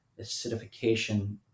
acidification